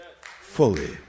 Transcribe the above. fully